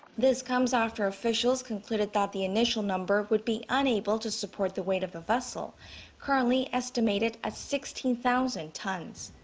this comes after officials concluded that the initial number would be unable to support the weight of the vessel currently estimated at sixteen thousand tons.